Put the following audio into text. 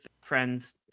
friends